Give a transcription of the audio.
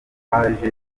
paji